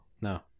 no